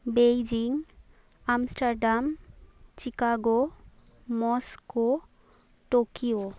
Beijing Amsterdam Chicago Moscow Tokyo